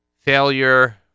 failure